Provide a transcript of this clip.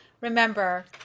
remember